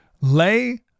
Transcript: lay